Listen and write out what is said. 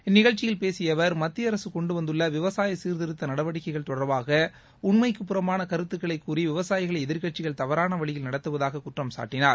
இந்நிகழ்ச்சியில் பேசிய அவர் மத்திய அரசு கொண்டு வந்துள்ள விவசாய சீர்திருத்த நடவடிக்கைகள் தொடர்பாக உண்மைக்கு புறம்பான கருத்துக்களை கூறி விவசாயிகளை எதிர்க்கட்சிகள் தவறாக வழியில் நடத்துவதாக குற்றம் சாட்டினார்